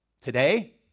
Today